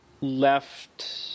Left